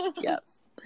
yes